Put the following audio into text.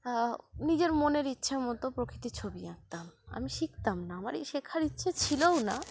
নিজের মনের ইচ্ছার মতো প্রকৃতি ছবি আঁকতাম আমি শিখতাম না আমার এই শেখার ইচ্ছে ছিলও না